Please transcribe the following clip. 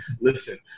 Listen